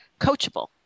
coachable